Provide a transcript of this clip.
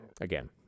again